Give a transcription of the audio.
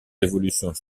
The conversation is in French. évolutions